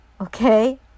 okay